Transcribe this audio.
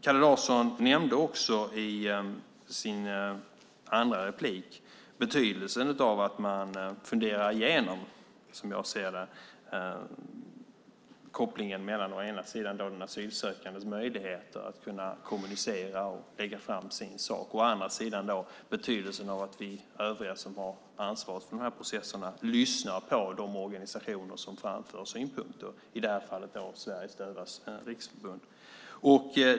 Kalle Larsson nämnde i sitt andra inlägg om betydelsen av att fundera igenom, som jag ser det, kopplingen mellan å ena sidan asylsökandens möjligheter att kommunicera och lägga fram sin sak och å andra sidan betydelsen av att vi övriga som har ansvaret för de här processerna lyssnar på de organisationer som framför synpunkter - i det här fallet Sveriges Dövas Riksförbund.